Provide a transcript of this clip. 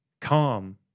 calm